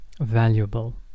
valuable